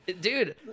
Dude